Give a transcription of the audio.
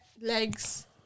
Legs